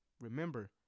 Remember